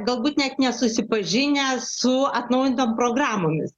galbūt net nesusipažinę su atnaujintom programomis